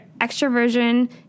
extroversion